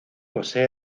posee